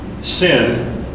sin